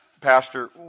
Pastor